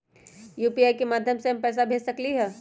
UPI के माध्यम से हम पैसा भेज सकलियै ह?